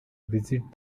visit